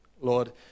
Lord